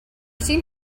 seen